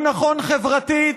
הוא נכון חברתית,